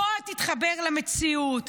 בוא תתחבר למציאות.